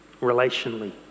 relationally